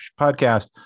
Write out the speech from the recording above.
podcast